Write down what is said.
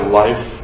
life